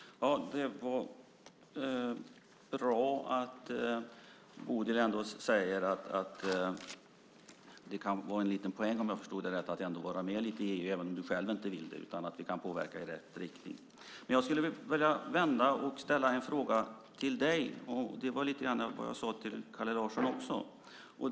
Fru talman! Det var bra att Bodil sade att det kan vara en poäng att ändå vara med i EU - även om hon själv inte vill det - och att vi kan påverka i rätt riktning. Jag vill vända på det och ställa en fråga till dig. Jag sade det till Kalle Larsson också.